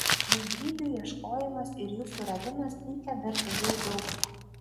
bendrybių ieškojimas ir jų suradimas teikia dar daugiau džiaugsmo